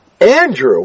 Andrew